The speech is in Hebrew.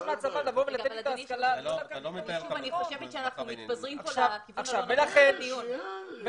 אני חושבת שאנחנו מתפזרים לכיוון הלא נכון של הדיון.